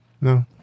no